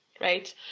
right